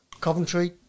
Coventry